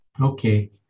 Okay